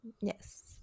Yes